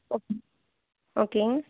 okay ஓகேங்க